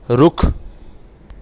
ਰੁੱਖ